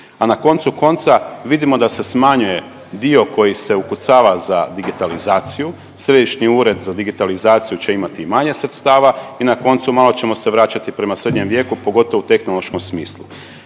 a na koncu konca vidimo da se smanjuje dio koji se ukucava za digitalizaciju, Središnji ured za digitalizaciju će imati manje sredstava i na koncu malo ćemo se vraćati prema srednjem vijeku, pogotovo u tehnološkom smislu.